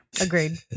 Agreed